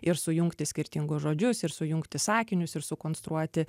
ir sujungti skirtingus žodžius ir sujungti sakinius ir sukonstruoti